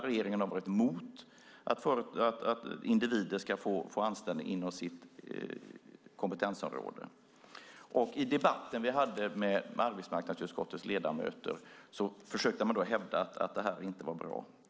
Regeringen har varit emot att individer ska få anställning inom sitt kompetensområde. I den debatt som vi hade med arbetsmarknadsutskottets ledamöter försökte man hävda att det inte var bra.